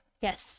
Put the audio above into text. Yes